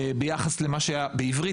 בעברית,